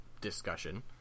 discussion